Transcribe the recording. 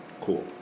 Cool